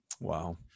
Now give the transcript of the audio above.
Wow